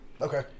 Okay